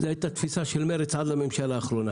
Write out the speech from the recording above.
זו הייתה התפיסה של מרצ עד לממשלה האחרונה.